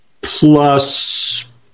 plus